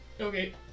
Okay